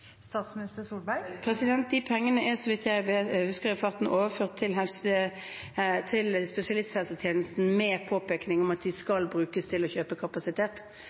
De pengene er, så vidt jeg husker i farten, overført til spesialisthelsetjenesten med påpekning om at de skal brukes til å kjøpe kapasitet.